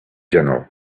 general